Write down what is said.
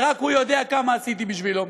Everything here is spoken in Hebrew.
ורק הוא יודע כמה עשיתי בשבילו.